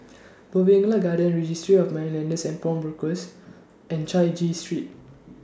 Bougainvillea Garden Registry of Moneylenders and Pawnbrokers and Chai Chee Street